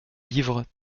livres